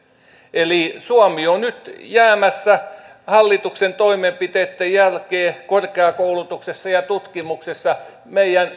eli suomi on nyt jäämässä hallituksen toimenpiteitten jälkeen korkeakoulutuksessa ja tutkimuksessa meidän